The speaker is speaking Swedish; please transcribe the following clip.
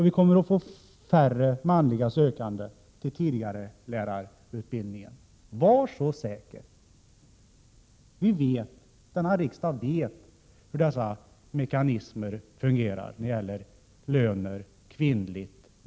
Vi kommer att få färre manliga sökande till tidigarelärarutbildningen — var så säkra! Denna riksdag känner ju till lönemekanismerna — manligt och kvinnligt.